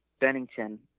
Bennington